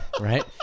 Right